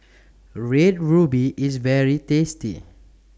Red Ruby IS very tasty